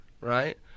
right